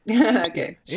Okay